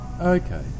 Okay